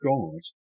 God